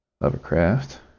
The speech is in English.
lovecraft